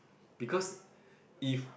because if